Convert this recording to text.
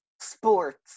sports